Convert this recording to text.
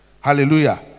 hallelujah